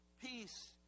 peace